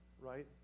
right